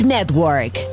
Network